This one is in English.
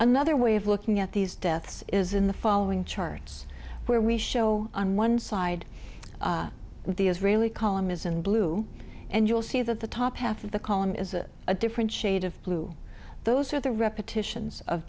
another way of looking at these deaths is in the following charts where we show on one side the israeli column is in blue and you'll see that the top half of the column is a different shade of blue those are the repetitions of